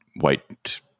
white